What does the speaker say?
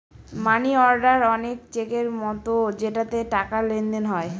মানি order অনেক চেকের মতো যেটাতে টাকার লেনদেন হয়